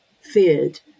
feared